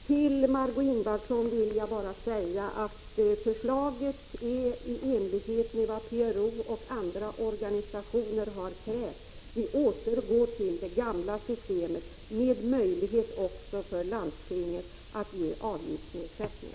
Till Margö Ingvardsson vill jag bara säga att förslaget är i enlighet med vad PRO och andra organisationer har krävt. Vi återgår till det gamla systemet med möjlighet även för landstingen att ge avgiftsnedsättning.